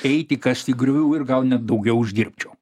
eiti kasti griovių ir gal net daugiau uždirbčiau